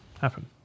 happen